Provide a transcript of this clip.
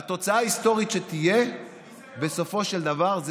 התוצאה ההיסטורית שתהיה בסופו של דבר זה